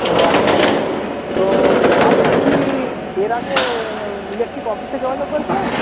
ও আচ্ছা আচ্ছা তো আপনি কি এর আগে ইলেকট্রিক অফিসে যোগাযোগ করেছিলেন